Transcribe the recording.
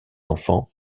enfants